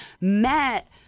met